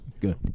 Good